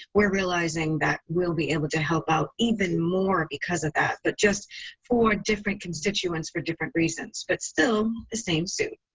we're realizing that we'll be able to help out even more because of that, but just for different constituents for different reasons, but still the same suit.